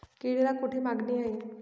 केळीला कोठे मागणी आहे?